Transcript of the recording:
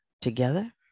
together